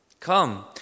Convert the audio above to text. Come